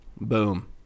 Boom